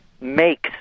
makes